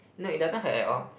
no it doesn't hurt at all